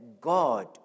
God